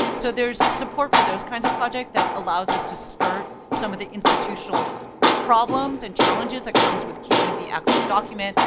so there's support for those kinds of projects that allows us to skirt some of the institutional problems and challenges that comes with keeping the actual document,